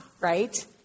right